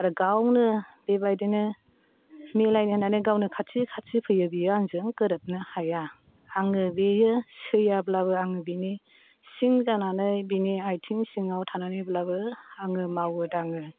आरो गावनो बेबादिनो मिलायनो होन्नानै गावनो खाथि खाथि फैयो बियो आंजों गोरोबनो हाया आङो बियो सैयाब्लाबो आङो बिनि सिं जानानै बिनि आयथिं सिङाव थानानैब्लाबो आङो मावो दाङो